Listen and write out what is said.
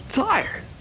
tired